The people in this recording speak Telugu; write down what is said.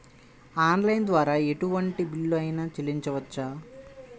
ఆన్లైన్ ద్వారా ఎటువంటి బిల్లు అయినా చెల్లించవచ్చా?